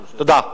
תודה.